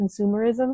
consumerism